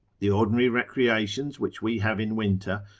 the ordinary recreations which we have in winter,